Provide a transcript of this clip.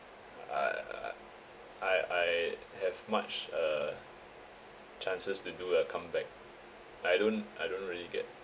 I uh I I I have much uh chances to do a comeback I don't I don't really get